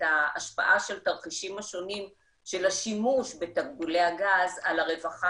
ההשפעה של התרחישים השונים של השימוש בתקבולי הגז על הרווחה